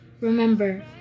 Remember